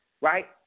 right